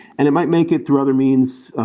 and it might make it through other means.